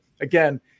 again